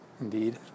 Indeed